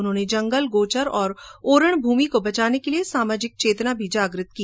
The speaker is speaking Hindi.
उन्होंने जंगल गोचर और ओरण भूमि को बचाने के लिए सामाजिक चेतना भी जागृत की